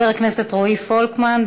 חבר הכנסת רועי פולקמן,